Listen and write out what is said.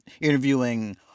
interviewing